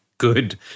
good